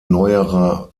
neuerer